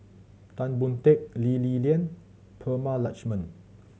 Tan Boon Teik Lee Li Lian Prema Letchumanan